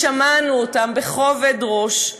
ושמענו אותם בכובד ראש,